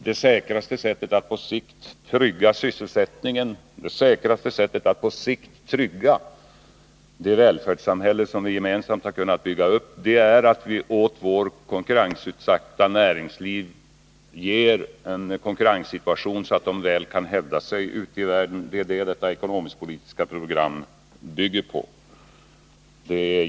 Det säkraste sättet att på sikt trygga sysselsättningen, det säkraste sättet att på sikt trygga det välfärdssamhälle som vi gemensamt har kunnat bygga upp, är att vi åt vårt konkurrensutsatta näringsliv ger en sådan konkurrenssituation att de svenska företagen väl kan hävda sig ute i världen. Det är detta som det här ekonomisk-politiska programmet bygger på.